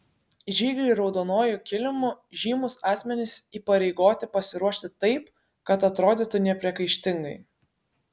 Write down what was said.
žygiui raudonuoju kilimu žymūs asmenys įpareigoti pasiruošti taip kad atrodytų nepriekaištingai